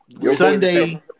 Sunday